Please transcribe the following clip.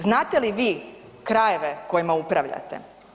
Znate li vi krajeve kojima upravljate?